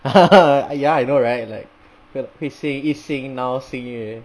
ya I know right like hui xin yi xing now xing yue